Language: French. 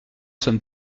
sommes